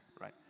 right